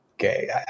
Okay